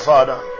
Father